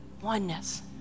oneness